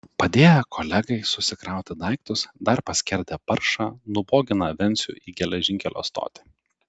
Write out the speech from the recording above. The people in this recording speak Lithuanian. padėję kolegai susikrauti daiktus dar paskerdę paršą nubogino vencių į geležinkelio stotį